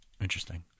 Interesting